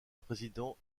président